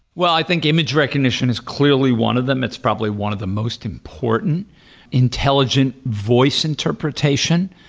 well, i think image recognition is clearly one of them. it's probably one of the most important intelligent voice interpretation.